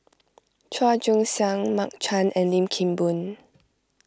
Chua Joon Siang Mark Chan and Lim Kim Boon